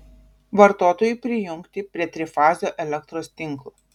vartotojui prijungti prie trifazio elektros tinklo